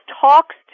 talks